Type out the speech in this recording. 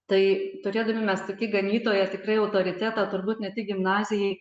tai turėdami mes tokį ganytoją tikrai autoritetą turbūt ne tik gimnazijai